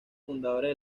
fundadores